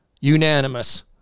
unanimous